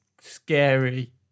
scary